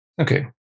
Okay